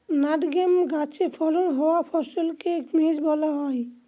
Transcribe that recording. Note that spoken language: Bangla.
নাটমেগ গাছে ফলন হওয়া ফলকে মেস বলা হয়